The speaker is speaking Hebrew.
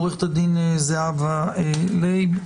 עו"ד זהבה לייב.